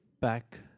back